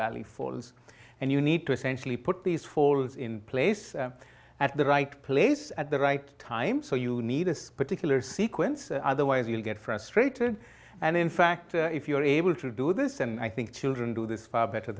valley falls and you need to essentially put these falls in place at the right place at the right time so you need this particular sequence otherwise you'll get frustrated and in fact if you're able to do this and i think children do this far better